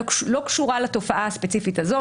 לא קשורה לתופעה הספציפית הזאת,